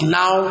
now